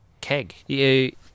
keg